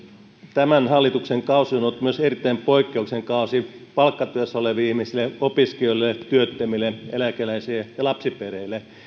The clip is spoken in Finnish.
tämän hallituksen kausi on ollut erittäin poikkeuksellinen kausi myös palkkatyössä oleville ihmisille opiskelijoille työttömille eläkeläisille ja lapsiperheille